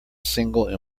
single